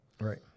Right